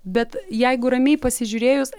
bet jeigu ramiai pasižiūrėjus